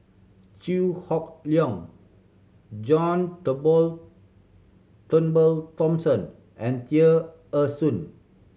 Chew Hock Leong John Turnbull Thomson and Tear Ee Soon